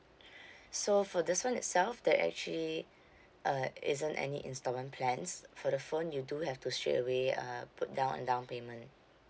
so for this phone itself there actually uh isn't any instalment plans for the phone you do have to straightaway uh put down a down payment